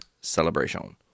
celebration